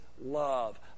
love